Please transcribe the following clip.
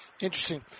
Interesting